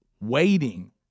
waiting